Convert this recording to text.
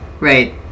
Right